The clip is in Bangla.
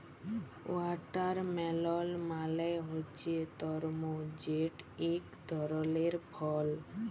ওয়াটারমেলল মালে হছে তরমুজ যেট ইক ধরলের ফল